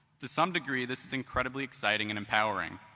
to some degree, this is incredibly exciting and empowering.